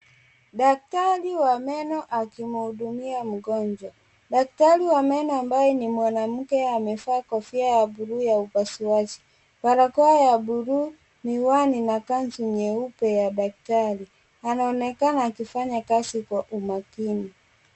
Daktari wa meno akimhudumia mgonjwa. Daktari wa maeneo ambayo ni mwanamke amevaa kofia ya wabluu ya upasuaji, barakoa ya bluu, miwani na kanzu nyeupe ya daktari. Anaonekana akifanya kazi kwa umakini.